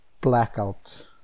Blackout